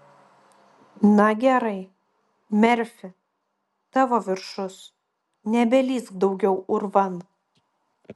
na gerai merfi tavo viršus nebelįsk daugiau urvan